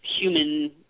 human